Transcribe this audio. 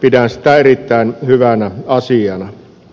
pidän sitä erittäin hyvänä asiana